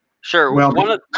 Sure